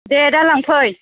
दे दा लांफै